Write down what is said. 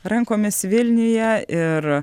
rankomis vilniuje ir